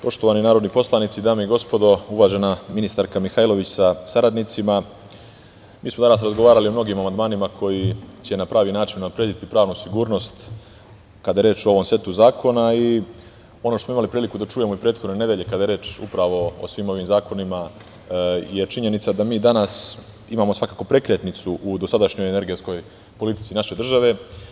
Poštovani narodni poslanici, dame i gospodo, uvažena ministarka Mihajlović sa saradnicima, mi smo danas razgovarali o mnogim amandmanima koji će na pravi način unaprediti pravnu sigurnost kada je reč o ovom setu zakona i ono što smo imali priliku da čujemo u prethodnoj nedelji kada je reč upravo o svim ovim zakonima je činjenica da mi danas imamo svakako prekretnicu u dosadašnjoj energetskoj politici naše države.